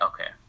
okay